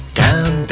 down